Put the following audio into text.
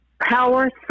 power